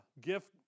gift